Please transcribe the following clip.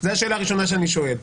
זו השאלה הראשונה שאני שואל.